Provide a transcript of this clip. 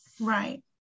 right